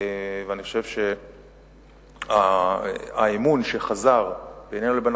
ואני חושב שהאמון שחזר בינינו לבין